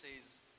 says